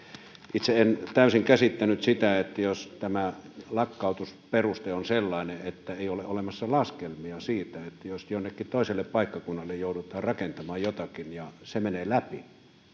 itse en täysin käsittänyt sitä että tämä lakkautusperuste on sellainen että ei ole olemassa laskelmia siitä jos jonnekin toiselle paikkakunnalle joudutaan rakentamaan jotakin ja se menee läpi